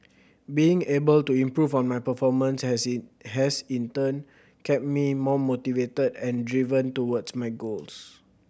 being able to improve on my performance has in has in turn kept me more motivated and driven towards my goals